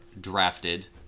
drafted